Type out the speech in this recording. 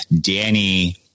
Danny